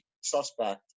suspect